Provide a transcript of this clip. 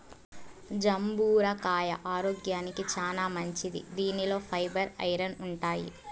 జంబూర కాయ ఆరోగ్యానికి చానా మంచిది దీనిలో ఫైబర్, ఐరన్ ఉంటాయి